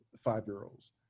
five-year-olds